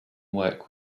work